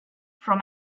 from